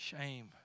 Shame